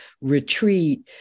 retreat